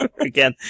again